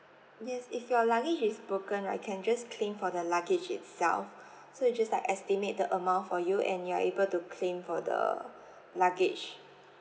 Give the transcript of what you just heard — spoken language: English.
yes if your luggage is broken I can just claim for the luggage itself so it just like estimate the amount for you and you are able to claim for the luggage